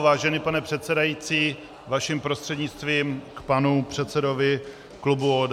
Vážený pane předsedající, vaším prostřednictvím k panu předsedovi klubu ODS.